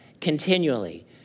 continually